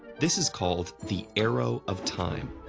this is called the arrow of time.